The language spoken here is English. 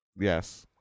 Yes